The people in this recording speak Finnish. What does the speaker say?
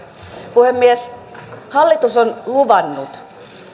puhemies hallitus on luvannut